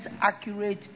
accurate